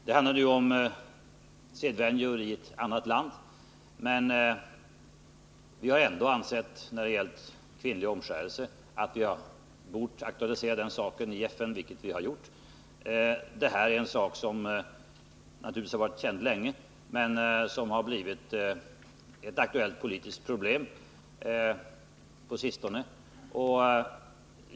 Det handlar ju om sedvänjor i ett annat land. När det har gällt kvinnlig omskärelse har vi ändå ansett oss böra aktualisera saken i FN, vilket vi har gjort. Hemgiftsproblemet har naturligtvis varit känt länge, men det har blivit ett aktuellt politiskt problem på sistone.